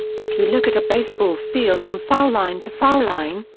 if you look at a baseball field from foul line to foul line,